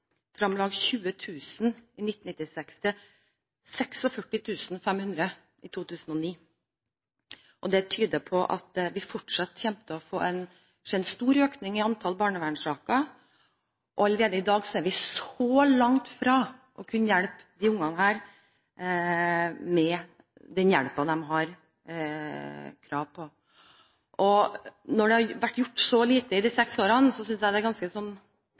fra om lag 20 000 i 1996 til 46 500 i 2009. Det tyder på at vi fortsatt kommer til å se en stor økning i antall barnevernssaker, og i dag er vi langt fra å kunne gi disse ungene den hjelpen de har krav på. Når det har vært gjort så lite i disse seks årene, synes jeg det er